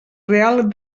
real